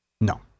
No